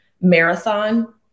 marathon